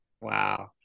Wow